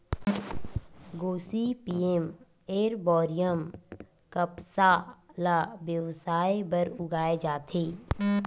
Gossypium arboreum कपसा ल बेवसाय बर उगाए जाथे